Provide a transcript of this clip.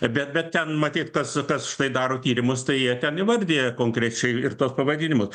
bet bet ten matyt kas kas štai daro tyrimus tai jie ten įvardija konkrečiai ir tuos pavadinimus